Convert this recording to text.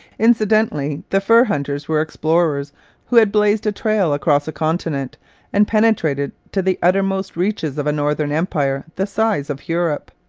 incidentally, the fur hunters were explorers who had blazed a trail across a continent and penetrated to the uttermost reaches of a northern empire the size of europe.